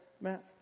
Matt